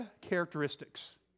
characteristics